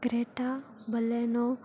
Creta Baleno